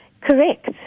Correct